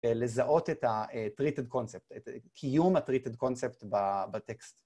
לזהות את ה-treated concept, קיום ה-treated concept בטקסט.